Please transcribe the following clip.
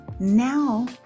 now